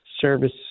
service